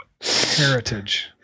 Heritage